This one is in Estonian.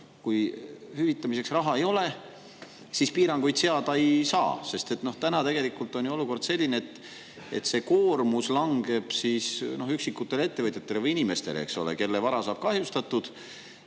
kui hüvitamiseks raha ei ole, siis piiranguid seada ei saa? Tegelikult on praegu olukord ju selline, et koormus langeb üksikutele ettevõtjatele või inimestele, kelle vara saab kahjustatud,